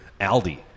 Aldi